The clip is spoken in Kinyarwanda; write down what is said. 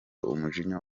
umujinya